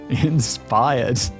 Inspired